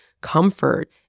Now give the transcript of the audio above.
comfort